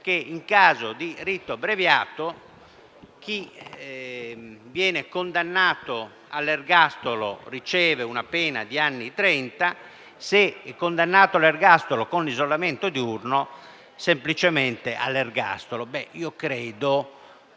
che, in caso di rito abbreviato, chi viene condannato all'ergastolo riceve una pena di anni trenta e chi è condannato all'ergastolo con isolamento diurno riceve la pena semplicemente dell'ergastolo.